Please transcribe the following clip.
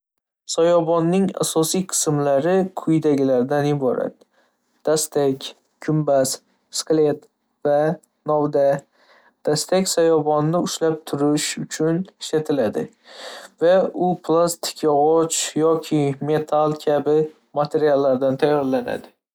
Soyabonning asosiy qismlari quyidagilardan iborat. Dastak, gumbaz, skelet, va novda. Dastak soyabonni ushlab turish uchun ishlatiladi va u plastik, yog‘och yoki metall kabi materiallardan tayyorlanadi.